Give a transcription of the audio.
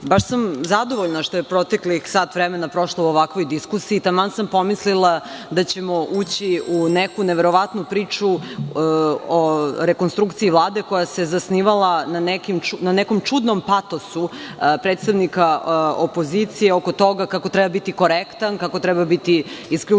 baš sam zadovoljna što je proteklih sat vremena prošlo u ovakvoj diskusiji. Taman sam pomislila da ćemo ući u neku neverovatnu priču o rekonstrukciji Vlade koja se zasnivala na nekom čudnom patosu predstavnika opozicije oko toga kako treba biti korektan, kako treba biti isključivo